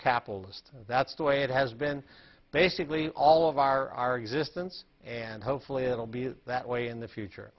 capitalist that's the way it has been basically all of our existence and hopefully it will be that way in the future